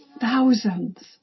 thousands